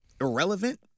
irrelevant –